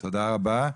תודה רבה.